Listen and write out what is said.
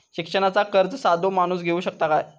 शिक्षणाचा कर्ज साधो माणूस घेऊ शकता काय?